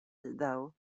though